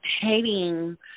hating